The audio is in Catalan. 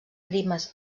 primes